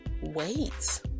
wait